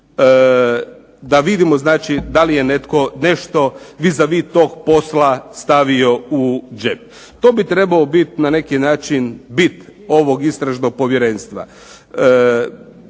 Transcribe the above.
da vidimo znači da li je netko nešto vis a vis tog posla stavio u džep. To bi trebao bit na neki način bit ovog istražnog povjerenstva.